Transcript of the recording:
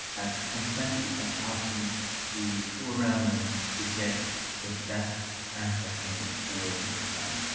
um plenty of options to fool around with to get the best access method for your client